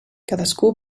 cadascú